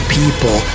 people